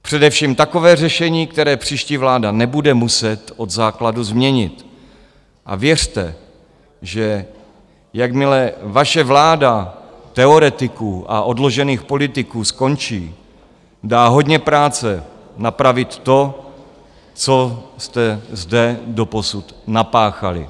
Především takové řešení, které příští vláda nebude muset od základu změnit, a věřte, že jakmile vaše vláda teoretiků a odložených politiků skončí, dá hodně práce napravit to, co jste zde doposud napáchali.